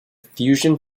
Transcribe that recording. fusion